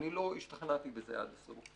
אני לא השתכנעתי בזה עד הסוף.